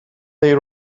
they